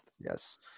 Yes